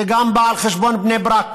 זה בא גם על חשבון בני ברק